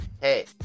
hey